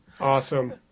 Awesome